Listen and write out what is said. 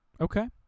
Okay